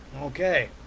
Okay